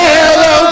Hello